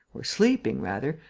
or sleeping rather,